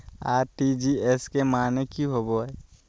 RTGS के माने की होबो है?